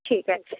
ঠিক আছে